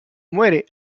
muere